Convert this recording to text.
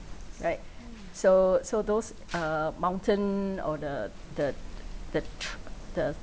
right so so those uh mountain or the the the tr~ the